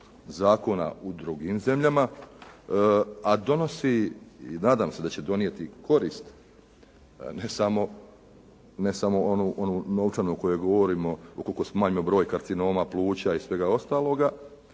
zakona u drugim zemljama, a donosi i nadam se da će donijeti korist, ne samo onu novčanu o kojoj govorimo ukoliko smanjimo broj karcinoma pluća i svega ostaloga,